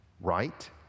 right